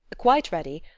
quite ready.